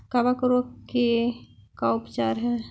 कबक रोग के का उपचार है?